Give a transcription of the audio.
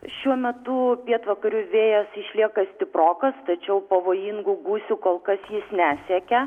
šiuo metu pietvakarių vėjas išlieka stiprokas tačiau pavojingų gūsių kol kas jis nesiekia